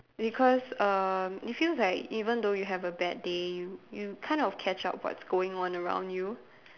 because err it feels like even though you have a bad day you you kind of catch up what's going on around you